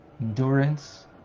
Endurance